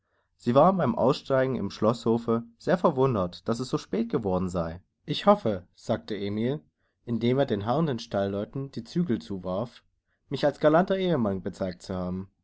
sie waren beim aussteigen im schloßhofe sehr verwundert daß es so spät geworden sei ich hoffe sagte emil indem er den harrenden stallleuten die zügel zuwarf mich als galanter ehemann bezeigt zu haben